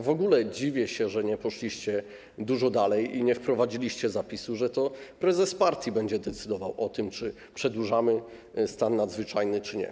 W ogóle dziwię się, że nie poszliście dużo dalej i nie wprowadziliście zapisu, że to prezes partii będzie decydował o tym, czy przedłużamy stan nadzwyczajny, czy nie.